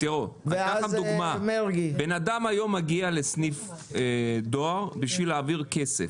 אדם היום מגיע לסניף דואר בשביל להעביר כסף.